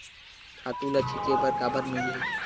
खातु ल छिंचे बर काबर मिलही?